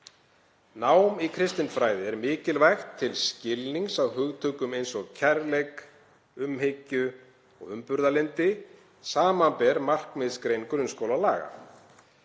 Nám í kristinfræði er mikilvægt til skilnings á hugtökum eins og kærleik, umhyggju og umburðarlyndi, sbr. markmiðsgrein grunnskólalaga.